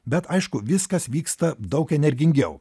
bet aišku viskas vyksta daug energingiau